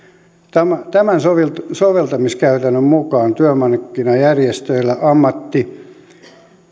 tämän tämän soveltamiskäytännön mukaan työmarkkinajärjestöillä ammatti